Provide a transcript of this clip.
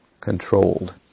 controlled